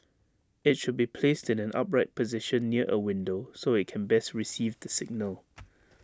IT should be placed in an upright position near A window so IT can best receive the signal